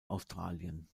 australien